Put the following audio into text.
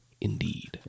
indeed